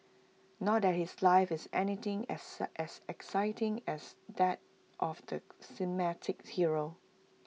not that his life is anything as exciting as that of the cinematic hero